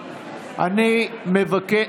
אני מבקש.